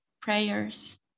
prayers